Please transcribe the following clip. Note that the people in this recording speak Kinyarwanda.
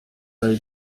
yaraye